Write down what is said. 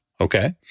Okay